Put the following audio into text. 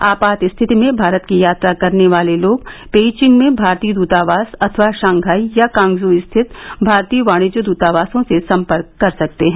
आपात स्थिति में भारत की यात्रा करने वाले लोग पेइविंग में भारतीय द्रतावास अथवा शंघाई या क्वांग्जू स्थित भारतीय वाणिज्य दूतावासों से संपर्क कर सकते हैं